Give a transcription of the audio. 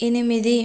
ఎనిమిది